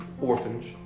orphans